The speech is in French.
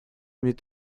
met